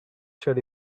shirt